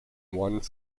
one